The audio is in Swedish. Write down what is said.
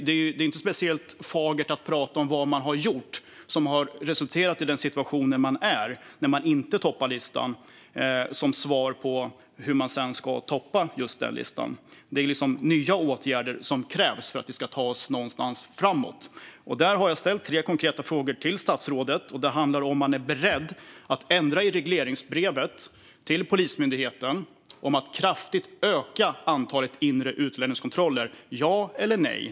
Det är inte särskilt fagert att prata om vad man gjort som resulterat i en situation där man inte toppar listan som svar på hur man ska toppa listan. Det är liksom nya åtgärder som krävs för att vi ska ta oss framåt. Där har jag ställt tre konkreta frågor till statsrådet. En handlar om huruvida han är beredd att ändra i regleringsbrevet till Polismyndigheten om att kraftigt öka antalet inre utlänningskontroller, ja eller nej.